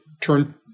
turn